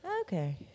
okay